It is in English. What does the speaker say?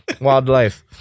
wildlife